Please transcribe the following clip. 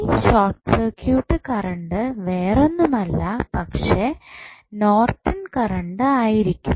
ഈ short circuit current വേറൊന്നുമല്ല പക്ഷേ നോർട്ടൺ കറണ്ട് ആയിരിക്കും